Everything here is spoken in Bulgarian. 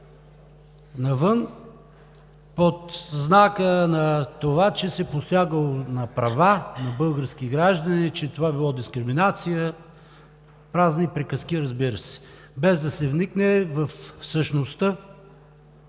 навън, под знака на това, че се посягало на права на български граждани, че това било дискриминация. Празни приказки, разбира се, без да се вникне в същността